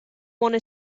wanna